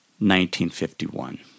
1951